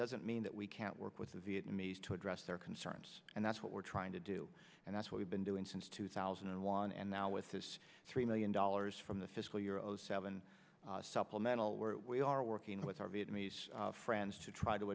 doesn't mean that we can't work with the vietnamese to address their concerns and that's what we're trying to do and that's what we've been doing since two thousand and one and now with this three million dollars from the fiscal year zero seven supplemental where we are working with our vietnamese friends to try to